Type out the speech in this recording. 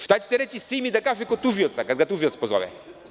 Šta ćete reći Simi da kaže kod tužioca kada ga tužilac pozove?